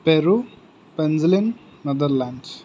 Peru పెన్జలిన్ Netherlands